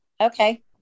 Okay